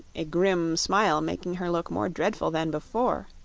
a grim smile making her look more dreadful than before.